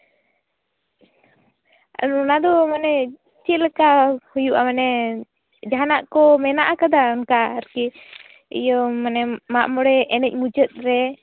ᱟᱨ ᱚᱱᱟ ᱫᱚ ᱢᱟᱱᱮ ᱪᱮᱫᱞᱮᱠᱟ ᱦᱩᱭᱩᱜᱼᱟ ᱢᱟᱱᱮ ᱡᱟᱦᱟᱱᱟᱜ ᱠᱚ ᱢᱮᱱᱟᱜ ᱠᱟᱫᱟ ᱚᱱᱠᱟ ᱟᱨᱠᱤ ᱤᱭᱟᱹ ᱢᱟᱱᱮ ᱢᱟᱜᱼᱢᱚᱬᱮ ᱮᱱᱮᱡ ᱢᱩᱪᱟᱹᱫ ᱨᱮ